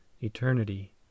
ETERNITY